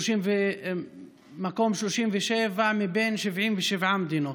במקום 37 מבין 77 מדינות.